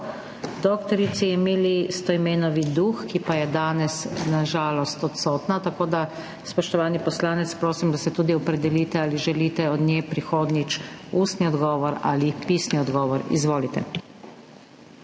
dr. Emiliji Stojmenovi Duh, ki pa je danes na žalost odsotna. Tako da se, spoštovani poslanec, prosim, tudi opredelite, ali želite od nje prihodnjič ustni odgovor ali pisni odgovor. Izvolite.